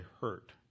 hurt